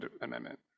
amendment